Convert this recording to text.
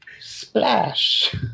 Splash